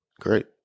Great